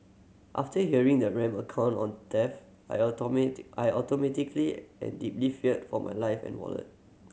after hearing the rampant account on theft I automatic I automatically and deeply feared for my life and wallet